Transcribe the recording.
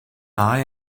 eye